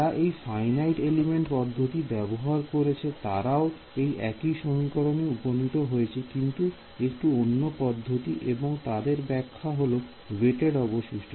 যারা এই finite element পদ্ধতি ব্যবহার করেছে তারা ও এই একই সমীকরণে উপনীত হয়েছে কিন্তু একটু অন্য পদ্ধতি এবং তাদের ব্যাখ্যা হল ওয়েটেড অবশিষ্ট